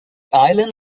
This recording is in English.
island